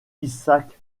isaac